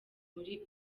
muri